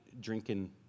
drinking